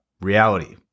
reality